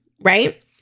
right